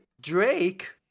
Drake